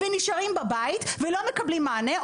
ונשארים בבית ולא מקבלים מענה.